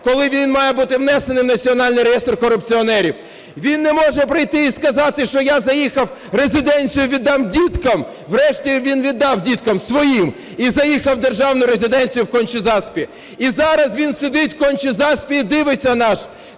коли він має бути внесений в національний реєстр корупціонерів. Він не може прийти і сказати, що я заїхав, резиденцію віддам діткам, врешті він віддав діткам своїм і заїхав в державну резиденцію в Конча-Заспі. І зараз він сидить в Конча-Заспі і дивиться нас.